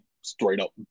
straight-up